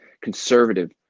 conservative